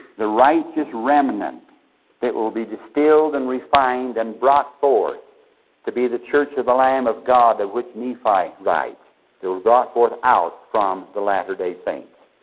the righteous remnant that will be distilled and refined and brought forth to be the church of the lamb of god, of which nephi writes that will be brought forth out from the latter-day saints.